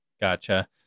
Gotcha